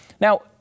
Now